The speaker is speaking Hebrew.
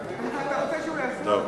תעביר, תודה.